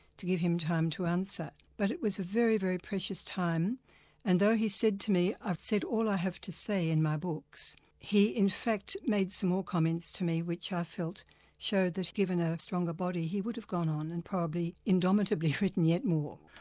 to give him time to answer. but it was a very, very precious time and though he said to me, i've said all i have to say in my books, he in fact made some more comments to me which i felt showed that, given a stronger body, he would have gone on and probably indomitably written yet more.